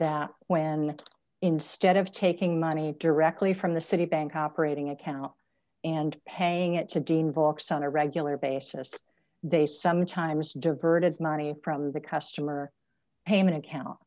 that when instead of taking money directly from the citibank operating account and paying it to deem vox on a regular basis they sometimes diverted money from the customer payment account